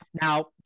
Now